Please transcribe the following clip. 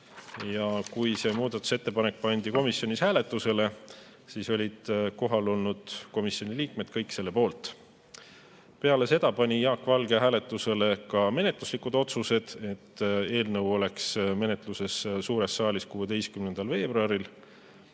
Kui see muudatusettepanek pandi komisjonis hääletusele, siis olid kohal olnud komisjoni liikmed kõik selle poolt. Peale seda pani Jaak Valge hääletusele ka menetluslikud otsused. Esiteks, eelnõu peaks olema suures saalis menetluses 16. veebruaril